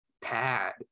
pad